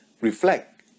Reflect